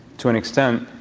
to an extent,